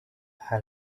aha